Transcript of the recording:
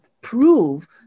prove